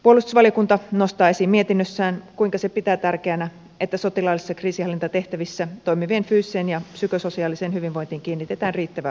puolustusvaliokunta nostaa esiin mietinnössään kuinka se pitää tärkeänä että sotilaallisissa kriisinhallintatehtävissä toimivien fyysiseen ja psykososiaaliseen hyvinvointiin kiinnitetään riittävää huomiota